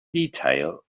detail